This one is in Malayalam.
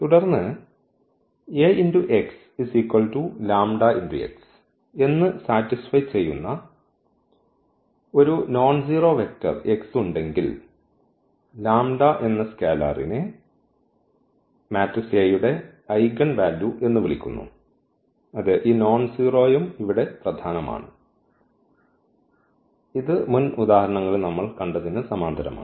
തുടർന്ന് എന്ന് സാറ്റിസ്ഫൈ ചെയ്യുന്ന ഒരു നോൺസീറോ വെക്റ്റർ x ഉണ്ടെങ്കിൽ എന്ന സ്കേലറിനെ A യുടെ ഐഗൺ വാല്യൂ എന്ന് വിളിക്കുന്നു അതെ ഈ നോൺസീറോയും ഇവിടെ പ്രധാനമാണ് ഇത് മുൻ ഉദാഹരണങ്ങളിൽ നമ്മൾ കണ്ടതിന് സമാന്തരമാണ്